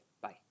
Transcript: bye